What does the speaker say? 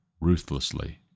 ruthlessly